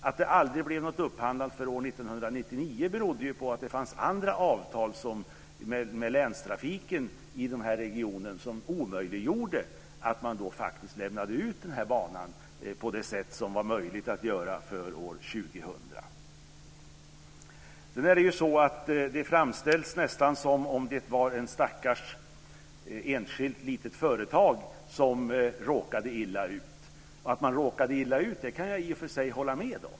Att det aldrig blev något upphandlat för år 1999 berodde ju på att det fanns andra avtal med länstrafiken i den här regionen som omöjliggjorde att man då faktiskt lämnade ut den här banan på det sätt som var möjligt att göra för år 2000. Sedan framställs det nästan som att det var ett stackars litet enskilt företag som råkade illa ut. Att man råkade illa ut kan jag i och för sig hålla med om.